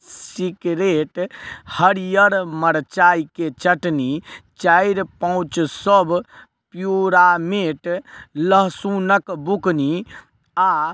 सिकरेट हरियर मरचाइ के चटनी चारि पौंच सब प्योरामेट लहसुनक बुकनी आ